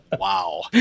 Wow